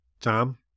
Tom